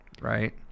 Right